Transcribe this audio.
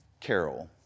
Carol